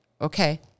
okay